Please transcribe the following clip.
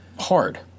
Hard